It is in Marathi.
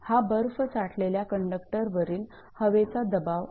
हा बर्फ साठलेल्या कंडक्टरवरील हवेचा दबाव आहे